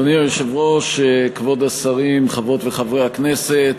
אדוני היושב-ראש, כבוד השרים, חברות וחברי הכנסת,